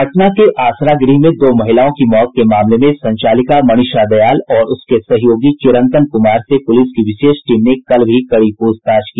पटना के आसरा गृह में दो महिलाओं की मौत के मामले में संचालिका मनीषा दयाल और उसके सहयोगी चिरंतन कुमार से पुलिस की विशेष टीम ने कल भी कड़ी पूछताछ की